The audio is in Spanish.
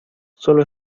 sólo